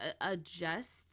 adjust